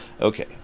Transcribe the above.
okay